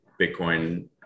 bitcoin